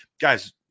guys